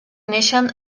neixen